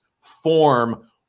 form